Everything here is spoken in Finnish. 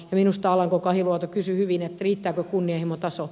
minusta alanko kahiluoto kysyi hyvin riittääkö kunnianhimotaso